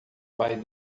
pai